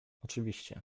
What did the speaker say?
oczywiście